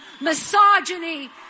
misogyny